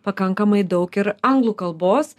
pakankamai daug ir anglų kalbos